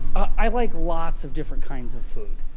i like lots of different kinds of food.